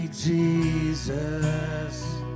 Jesus